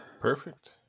Perfect